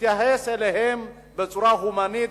נתייחס אליהם בצורה הומנית.